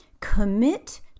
commit